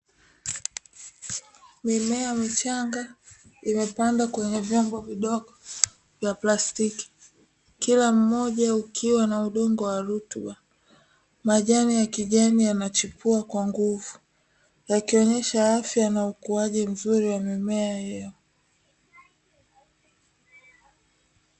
Mimea michanga imepandwa kwenye vyombo vidogo vya plastiki, kila mmoja ukiwa na udongo wa rutuba. Majani ya kijani yanachipua kwa nguvu yakionyesha afya na ukuaji mzuri wa mimea hiyo.